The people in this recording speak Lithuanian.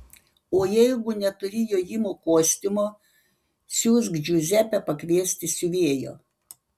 o jeigu neturi jojimo kostiumo siųsk džiuzepę pakviesti siuvėjo